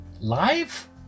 Live